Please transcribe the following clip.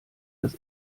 dass